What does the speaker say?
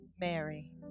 Mary